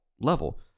level